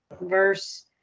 verse